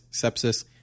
sepsis